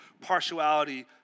partiality